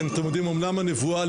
אמנם הנבואה,